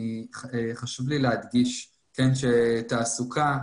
חשוב לי להדגיש שתעסוקה,